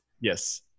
Yes